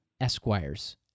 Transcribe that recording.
esquires